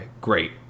great